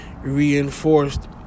reinforced